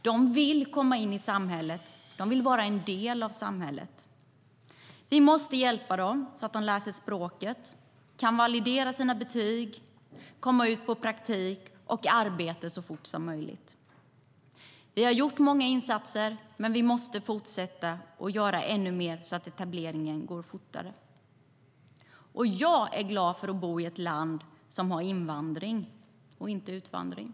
De vill komma in i samhället och vara en del av det. Vi måste hjälpa dem så att de lär sig språket, kan validera sina betyg och komma ut på praktik och arbete så fort som möjligt. Jag är glad över att bo i ett land som har invandring och inte utvandring.